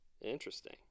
Interesting